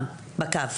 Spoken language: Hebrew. בקו.